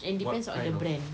and depends on the brand